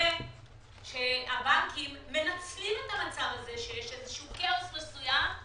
כנראה שהבנקים מנצלים את המצב הזה שיש כאוס מסוים,